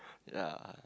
yeah